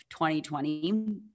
2020